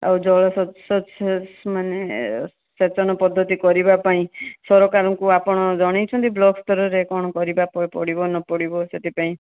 ଆଉ ଜଳ ମାନେ ସେଚନ ପଦ୍ଧତି କରିବାପାଇଁ ସରକାରଙ୍କୁ ଆପଣ ଜଣେଇଛନ୍ତି ବ୍ଲକ୍ ସ୍ତରରେ କଣ କରିବା ପଡ଼ିବ ନପଡ଼ିବ ସେଥିପାଇଁ